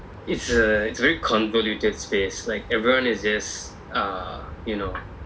it's a it's very convoluted space like everyone is is err you know